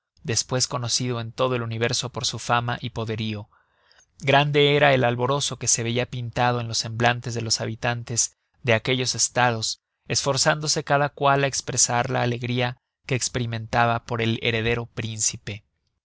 despues conocido en todo el universo por su fama y poderío grande era el alborozo que se veia pintado en los semblantes de los habitantes de aquellos estados esforzándose cada cual á espresar la alegria que experimentaba por el heredero príncipe